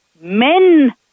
men